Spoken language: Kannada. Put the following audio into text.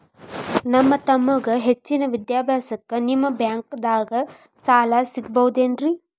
ನನ್ನ ತಮ್ಮಗ ಹೆಚ್ಚಿನ ವಿದ್ಯಾಭ್ಯಾಸಕ್ಕ ನಿಮ್ಮ ಬ್ಯಾಂಕ್ ದಾಗ ಸಾಲ ಸಿಗಬಹುದೇನ್ರಿ?